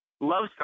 love